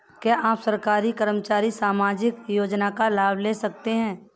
क्या एक सरकारी कर्मचारी सामाजिक योजना का लाभ ले सकता है?